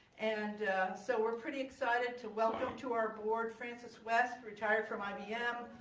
and so we're pretty excited to welcome to our board frances west, retired from ibm,